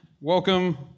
welcome